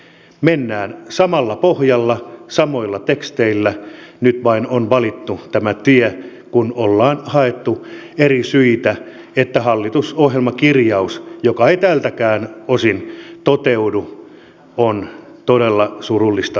mennään samalla pohjalla samoilla teksteillä nyt vain on valittu tämä tie kun ollaan haettu eri syitä että hallitusohjelmakirjaus joka ei tältäkään osin toteudu on todella surullista luettavaa